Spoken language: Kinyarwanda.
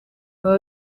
baba